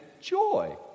joy